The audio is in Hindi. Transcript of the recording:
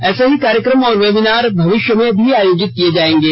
ऐसे ही कार्यक्रम और वेबिनार भविष्य में आयोजित किए जाएंगे